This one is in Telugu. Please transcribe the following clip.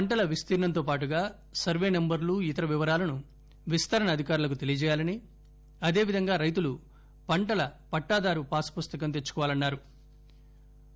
పంటల విస్తీరణంతో పాటుగా సర్వే సెంబర్లు ఇతర వివరాలను విస్తరణ అధికారులకు తెలియచేయాలని అదే విధంగా పంటల రైతులు పట్టాదారు పాసు పుస్తకం తెచ్చుకోవాలన్నా రు